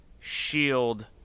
shield